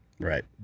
Right